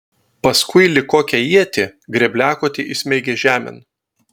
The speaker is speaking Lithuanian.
paskui lyg kokią ietį grėbliakotį įsmeigė žemėn